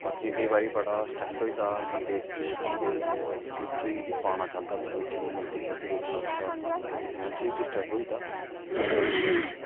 बाकी इयां केई बारी बडा स्टरैस होई जंदा बंदे गी किसी चीज दी बजह कन्नै किसे चीज गी पाना चाहंदा बंदा ओह चीज मिलदी नेई ओहदी बजह कन्ने ओह् थोह्ड़ा मैन्टली डिसटर्ब होई जंदा